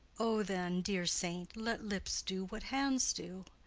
o, then, dear saint, let lips do what hands do!